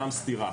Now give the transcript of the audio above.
גם סטירה.